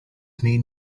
mean